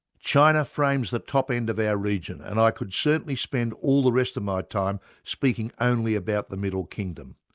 china frames the top end of our region and i could certainly spend all the rest of my time speaking only about the middle kingdom.